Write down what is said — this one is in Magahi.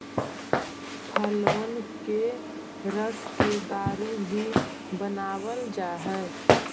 फलबन के रस से दारू भी बनाबल जा हई